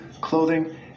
clothing